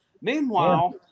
Meanwhile